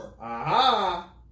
Aha